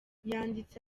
yanditse